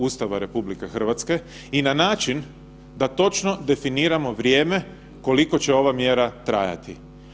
Ustava RH i na način da točno definiramo vrijeme koliko će ova mjera trajati.